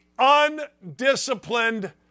Undisciplined